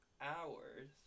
hours